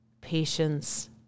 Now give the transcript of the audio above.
patience